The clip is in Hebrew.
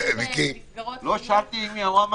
דיברנו על מסגרות חינוך ורווחה,